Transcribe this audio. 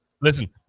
listen